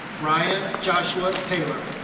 ryan joshua taylor.